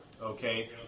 okay